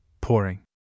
Pouring